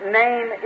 name